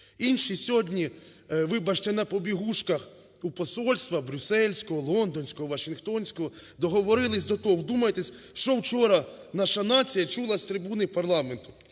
інші сьогодні, вибачте, на побігушках у посольства брюсельського, лондонського, вашингтонського. Договорились до того, вдумайтесь, що вчора наша нація чула з трибуни парламенту.